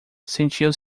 sentiu